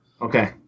Okay